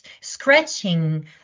scratching